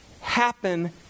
happen